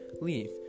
leave